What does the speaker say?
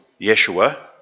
Yeshua